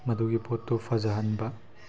ꯃꯗꯨꯒꯤ ꯄꯣꯠꯇꯨ ꯐꯖꯍꯟꯕ